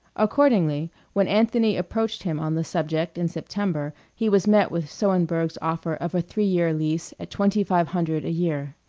accordingly, when anthony approached him on the subject in september he was met with sohenberg's offer of a three-year lease at twenty-five hundred a year.